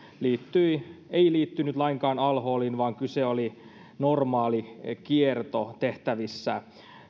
ei liittynyt lainkaan al holiin vaan kyseessä oli normaali kierto tehtävissä